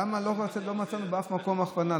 למה לא מצאנו בשום מקום הכוונה?